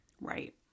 Right